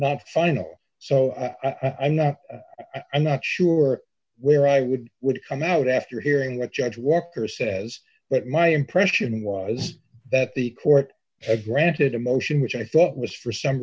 not final so i've not i'm not sure where i would would come out after hearing what judge walker says but my impression was that the court had granted a motion which i thought was for s